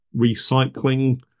recycling